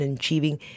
achieving